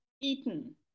Eaten